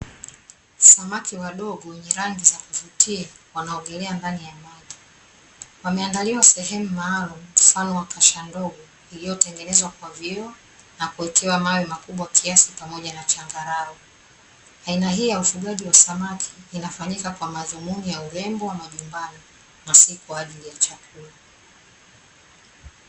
Samaki wadogo wenye rangi za kuvutia wanaogelea ndani ya maji, wameandaliwa sehemu maalumu mfano wa kasha ndogo iliyotengenezwa kwa vioo na kuwekea mawe makubwa kiasi pamoja na changarawe, aina hii ya ufugaji wa samaki inafanyika kwa madhumuni ya urembo wa majumbani na si kwaajili ya chakula.